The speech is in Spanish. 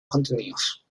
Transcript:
contenidos